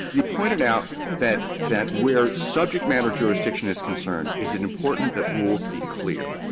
you pointed out that that where subject matter jurisdiction is concerned, is it important that rules be clear?